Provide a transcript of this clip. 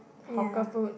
hawker food